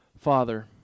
Father